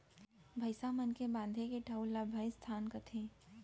भईंसा मन ल बांधे के ठउर ल भइंसथान कथें